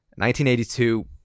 1982